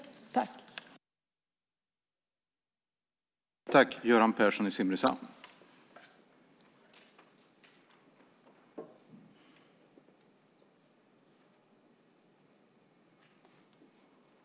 Då Leif Pagrotsky, som framställt interpellationen, anmält att han var förhindrad att närvara vid sammanträdet medgav talmannen att Göran Persson i Simrishamn i stället fick delta i överläggningen.